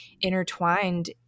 intertwined